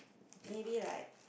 maybe like